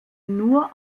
nur